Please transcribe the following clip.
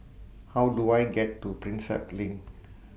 How Do I get to Prinsep LINK